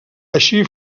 així